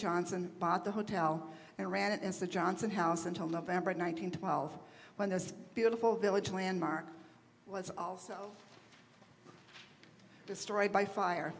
johnson bought the hotel and ran it as the johnson house until november one thousand twelve when this beautiful village landmark was also destroyed by fire